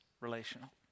relational